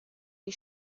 die